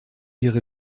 ihre